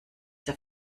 der